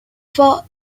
for